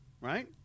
right